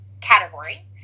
category